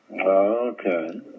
Okay